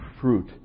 fruit